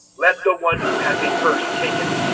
let the one who has a purse take it,